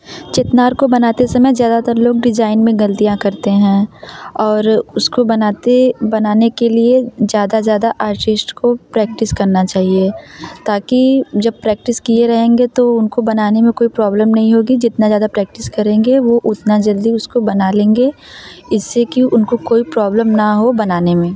चित्नार को बनाते समय ज़्यादातर लोग डिजाइन में गलतियाँ करते हैं और उसको बनाते बनाने के लिए ज़्यादा ज़्यादा आर्टिष्ट को प्रैक्टिस करना चाहिए ताकि जब प्रैक्टिस किए रहेंगे तो उनको बनाने में कोई प्रॉब्लम नहीं होगी जितना ज़्यादा प्रैक्टिस करेंगे वो उतना जल्दी उसको बना लेंगे इससे कि उनको कोई प्रॉब्लम ना हो बनाने में